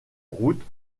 route